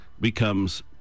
becomes